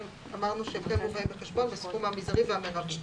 אמרנו שהם באים בחשבון בסכום המזערי והמירבי.